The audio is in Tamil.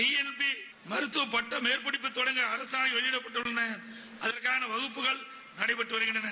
டிஎன்பி பட்ட மேற்படிப்பு தொடங்க அரசானை வெளியிடப்பட்டுள்ளது அதற்கான வகுப்புகள் நடைபெற்று வருகின்றன